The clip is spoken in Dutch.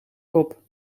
kop